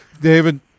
David